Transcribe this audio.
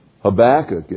Habakkuk